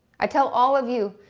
i tell all of you,